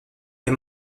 est